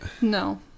No